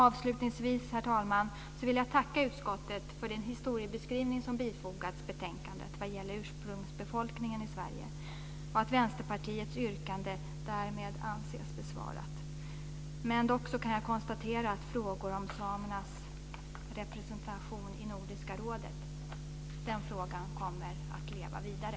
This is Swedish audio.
Avslutningsvis, herr talman, vill jag tacka utskottet för den historiebeskrivning som bifogats betänkandet vad gäller ursprungsbefolkningen i Sverige. Vänsterpartiets yrkande anses därmed besvarat. Dock kan jag konstatera att frågan om samernas representation i Nordiska rådet kommer att leva vidare.